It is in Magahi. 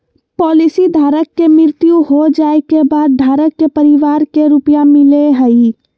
पॉलिसी धारक के मृत्यु हो जाइ के बाद धारक के परिवार के रुपया मिलेय हइ